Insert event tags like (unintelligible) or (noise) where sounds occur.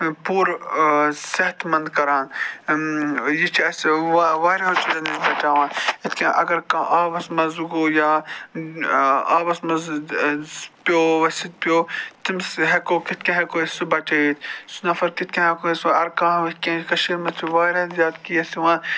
پوٗرٕ صحت مند کران یہِ چھِ اَسہِ واریہو چیٖزو نِش بچاوان یِتھ کٔنۍ اگر کانٛہہ آبَس مَنٛز گوٚو یا آبَس مَنٛز (unintelligible) پیوٚو ؤسِتھ پیوٚو تٔمِس ہٮ۪کو کِتھ کٔنۍ ہٮ۪کو أسۍ سُہ بَچٲیِتھ سُہ نفر کِتھ کٔنۍ ہٮ۪کو أسۍ سُہ اگر کانٛہہ (unintelligible) کینٛہہ کٔشیٖرِ مَنٛز چھِ واریاہ زیادٕ کیس یِوان